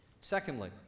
Secondly